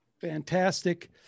Fantastic